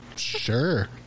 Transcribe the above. Sure